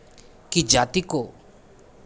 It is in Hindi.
कि जाति को